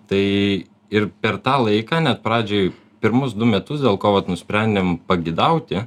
tai ir per tą laiką net pradžioj pirmus du metus dėl ko vat nusprendėm pagidauti